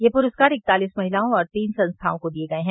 ये पुरस्कार इकतालिस महिलाओं और तीन संस्थाओं को दिये गये हैं